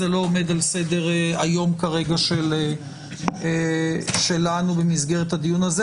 זה לא עומד על סדר היום שלנו במסגרת הדיון הזה.